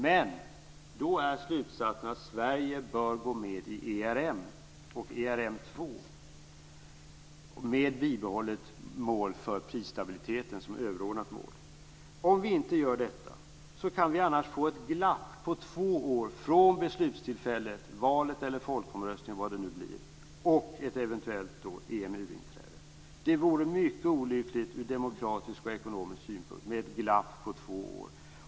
Men då är slutsatsen att Sverige bör gå med i ERM och ERM 2, med bibehållet mål för prisstabiliteten som överordnat mål. Om vi inte gör detta kan vi få ett glapp på två år mellan beslutstillfället - valet eller folkomröstningen, vilket det nu blir - och ett eventuellt EMU-inträde. Det vore mycket olyckligt ur demokratisk och ekonomisk synpunkt med ett glapp på två år.